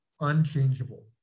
unchangeable